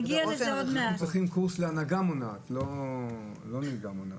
עכשיו צריך קורס להנהגה מונעת ולא לנהיגה מונעת.